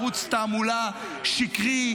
ערוץ תעמולה שקרי,